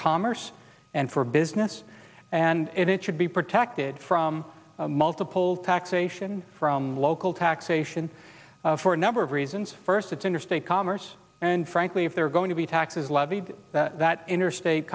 commerce and for business and it should be protected from multiple taxation from local taxation for a number of reasons first it's interstate commerce and frankly if they're going to be taxes levied that interstate